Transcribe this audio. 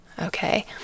Okay